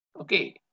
Okay